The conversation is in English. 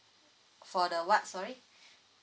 for the what sorry